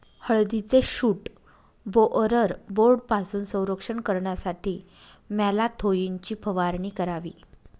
हळदीचे shoot borer बोर्डपासून संरक्षण करण्यासाठी मॅलाथोईनची फवारणी करावी